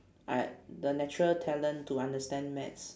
I the natural talent to understand maths